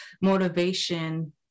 motivation